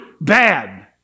bad